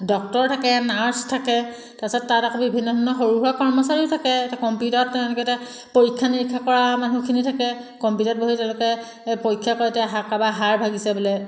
doctor থাকে nurse থাকে তাৰপিছত তাত আকৌ বিভিন্ন ধৰণৰ সৰু সুৰা কৰ্মচাৰীও থাকে এতিয়া কম্পিউটাৰত তেওঁলোকে এতিয়া পৰীক্ষা নিৰীক্ষা কৰা মানুহখিনি থাকে কম্পিউটাৰত বহি তেওঁলোকে এই পৰীক্ষা কৰে এতিয়া কাৰোবাৰ হাড় ভাগিছে বোলে